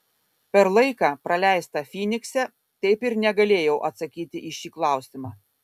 per laiką praleistą fynikse taip ir negalėjau atsakyti į šį klausimą